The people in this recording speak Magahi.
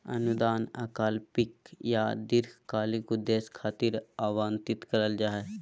अनुदान अल्पकालिक या दीर्घकालिक उद्देश्य खातिर आवंतित करल जा हय